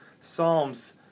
Psalms